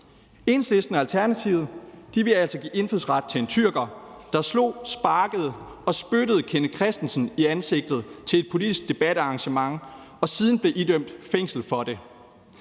Enhedslisten og Alternativet vil altså give indfødsret til en tyrker, der slog, sparkede og spyttede Kenneth Kristensen i ansigtet til et politisk debatarrangement og siden blev idømt fængsel for det,